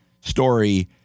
story